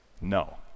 no